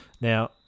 Now